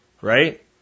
right